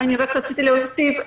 רציתי להוסיף,